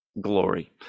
glory